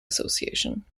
association